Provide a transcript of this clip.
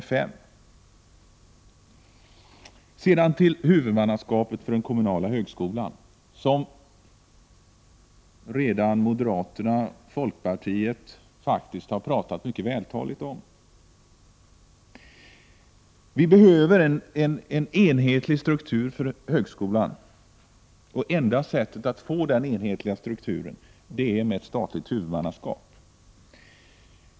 Representanter för moderaterna och folkpartiet har redan mycket vältaligt yttrat sig om huvudmannaskapet. Vi behöver en enhetlig struktur för högskolan, och enda sättet att få en sådan är med ett statligt huvudmannaskap.